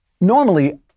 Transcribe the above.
normally